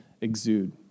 exude